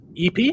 EP